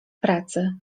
pracy